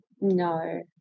No